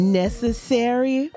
necessary